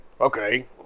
Okay